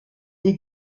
des